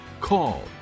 call